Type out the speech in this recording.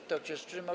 Kto się wstrzymał?